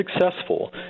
successful